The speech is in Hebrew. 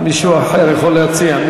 מישהו אחר יכול להציע?